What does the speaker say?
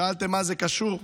שאלתם מה זה קשור?